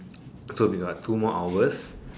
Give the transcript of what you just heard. so we got two more hours